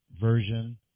version